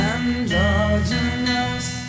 Androgynous